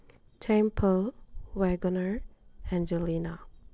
ꯊꯦꯝꯐꯜ Wegner ꯑꯦꯟꯖꯦꯂꯤꯅꯥ